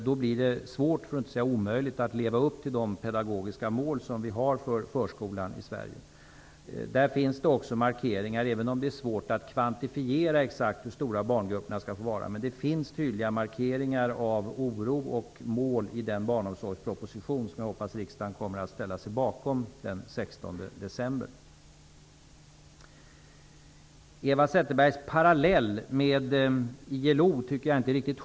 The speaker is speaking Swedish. Då blir det svårt, för att inte säga omöjligt, att leva upp till de pedagogiska mål som vi har uppsatt för förskolan i Sverige. Det finns tydliga markeringar, även om det är svårt att kvantifiera exakt hur stora barngrupperna skall få vara, om oro och mål i den barnomsorgsproposition som jag hoppas att riksdagen ställer sig bakom den 16 december. Eva Zetterberg drar en parallell med ILO, men det håller inte riktigt.